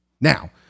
Now